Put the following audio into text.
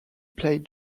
played